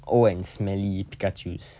old and smelly pikachus